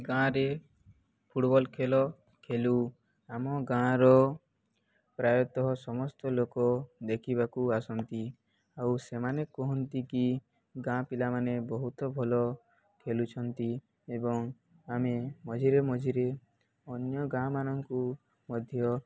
ଗାଁରେ ଫୁଟବଲ୍ ଖେଳ ଖେଳୁ ଆମ ଗାଁର ପ୍ରାୟତଃ ସମସ୍ତ ଲୋକ ଦେଖିବାକୁ ଆସନ୍ତି ଆଉ ସେମାନେ କୁହନ୍ତି କିି ଗାଁ ପିଲାମାନେ ବହୁତ ଭଲ ଖେଳୁଛନ୍ତି ଏବଂ ଆମେ ମଝିରେ ମଝିରେ ଅନ୍ୟ ଗାଁମାନଙ୍କୁ ମଧ୍ୟ